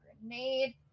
grenade